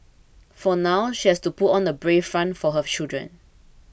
for now she has to put on a brave front for her children